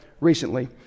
recently